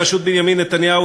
בראשות בנימין נתניהו,